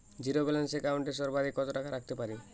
Zero balance account এ সর্বাধিক কত টাকা রাখতে পারি?